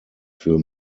für